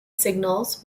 signals